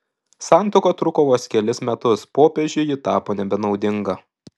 santuoka truko vos kelis metus popiežiui ji tapo nebenaudinga